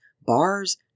bars